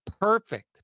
perfect